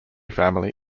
family